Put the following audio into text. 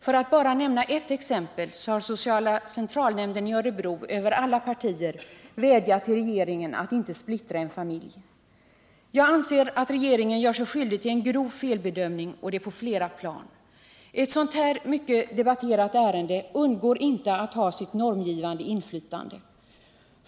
Föratt bara nämna ett exempel: Sociala centralnämnden i Örebro har över alla partier vädjat till regeringen att inte splittra en familj. Jag anser att regeringen gör sig skyldig till en grov felbedömning på flera plan. Ett sådant här mycket debatterat ärende undgår inte att ha sitt normgivande inflytande.